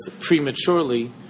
prematurely